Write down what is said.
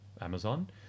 Amazon